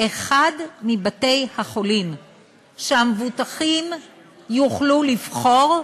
אחד מבתי-החולים שהמבוטחים יוכלו לבחור,